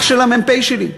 אח של המ"פ שלי.